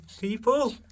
people